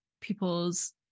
people's